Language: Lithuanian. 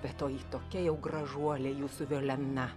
be to ji tokia jau gražuolė jūsų violena